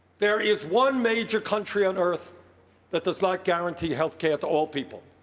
there is one major country on earth that does not guarantee health care to all people.